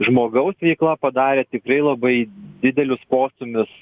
žmogaus veikla padarė tikrai labai didelius postūmius